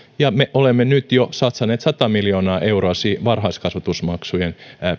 me olemme nyt jo satsanneet sata miljoonaa euroa varhaiskasvatusmaksujen